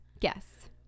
Yes